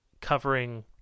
covering